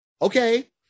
Okay